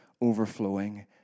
overflowing